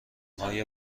آیا